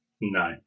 No